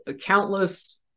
countless